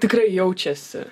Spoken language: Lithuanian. tikrai jaučiasi